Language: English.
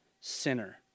sinner